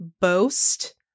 boast